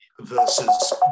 versus